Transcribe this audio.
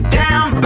down